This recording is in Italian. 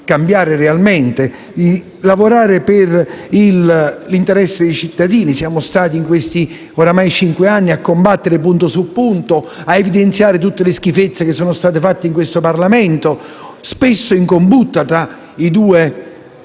cambiare realmente, di lavorare per l'interesse dei cittadini. Siamo stati, in questi ormai cinque anni, a combattere punto su punto, a evidenziare tutte le schifezze che sono state fatte in questo Parlamento, spesso in combutta tra i due